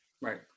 right